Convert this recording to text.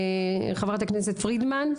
חברת הכנסת פרידמן,